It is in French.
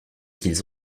qu’ils